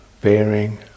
bearing